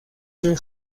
del